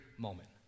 moment